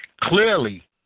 clearly